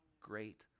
great